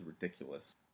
Ridiculous